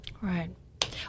Right